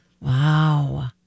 Wow